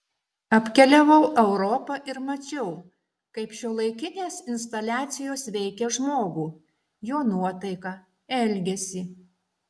apkeliavau europą ir mačiau kaip šiuolaikinės instaliacijos veikia žmogų jo nuotaiką elgesį